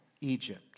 Egypt